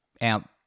out